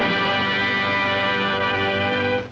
and